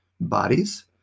bodies